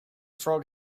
frog